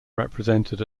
represented